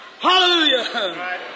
hallelujah